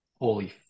holy